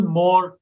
more